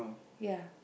ya